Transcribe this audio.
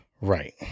Right